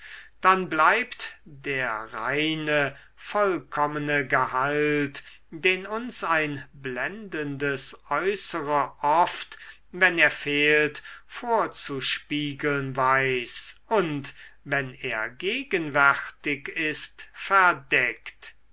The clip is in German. dann bleibt der reine vollkommene gehalt den uns ein blendendes äußere oft wenn er fehlt vorzuspiegeln weiß und wenn er gegenwärtig ist verdeckt